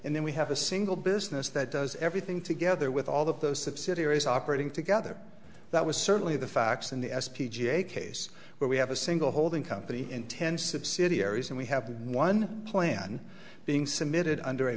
and then we have a single business that does everything together with all of those subsidiaries operating together that was certainly the facts in the s p ga case where we have a single holding company in ten subsidiaries and we have one plan being submitted under